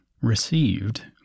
received